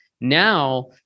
now